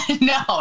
No